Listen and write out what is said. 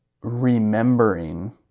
remembering